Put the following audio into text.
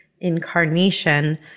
incarnation